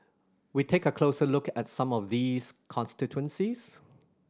we take a closer look at some of these constituencies